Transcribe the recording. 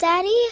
Daddy